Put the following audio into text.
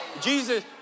Jesus